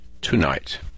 tonight